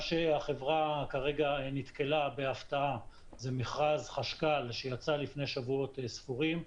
מה שהחברה כרגע נתקלה בו בהפתעה זה מכרז חשכ"ל שיצא לפני שבועות ספורים.